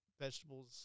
vegetables